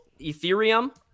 ethereum